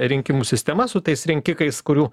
rinkimų sistema su tais rinkikais kurių